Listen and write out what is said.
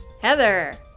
Heather